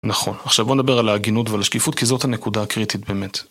נכון. עכשיו בוא נדבר על ההגינות ועל השקיפות כי זאת הנקודה הקריטית באמת.